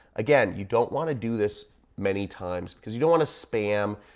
again, you don't wanna do this many times because you don't wanna spam.